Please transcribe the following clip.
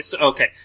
okay